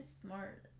smart